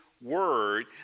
word